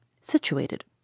situated